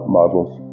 models